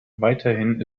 weiterhin